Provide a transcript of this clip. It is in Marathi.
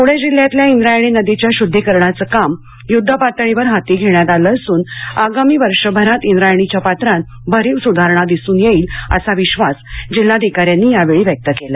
पुणे जिल्ह्यातल्या इंद्रायणी नदीच्या शुद्धीकरणाचं काम युद्धपातळीवर हाती घेण्यात आलं असूनआगामी वर्षभरात इंद्रायणीच्या पात्रात भरीव सुधारणा दिसून येईल असा विश्वास जिल्हाधिकाऱ्यांनी यावेळी व्यक्त केला